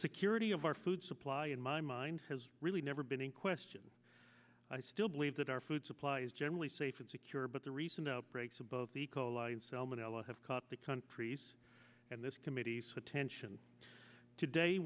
security of our food supply in my mind has really never been in question i still believe that our food supply is generally safe and secure but the recent outbreaks of both e coli and salmonella have caught the countries and this committee so attention today